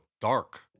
dark